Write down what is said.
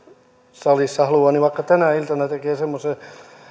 salissa haluaa niin vaikka tänä iltana tekee semmoisen